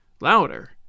louder